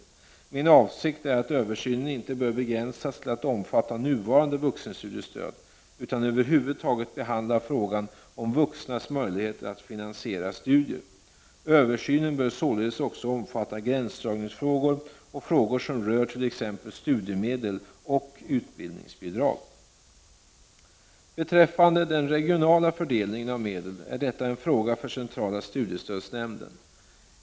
Min avsikt är att översynen inte skall begränsas till att omfatta nuvarande vuxenstudiestöd, utan över huvud taget behandla frågan om vuxnas möjligheter att finansiera studier. Översynen bör således också omfatta gränsdragningsfrågor och frågor som rör t.ex. studiemedel och utbildningsbidrag. Den regionala fördelningen av medel är en fråga för centrala studiestödsnämnclen .